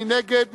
מי נגד?